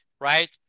right